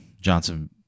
Johnson